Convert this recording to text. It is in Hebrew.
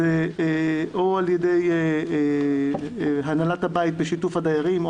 או על ידי הנהלת הבית בשיתוף הדיירים או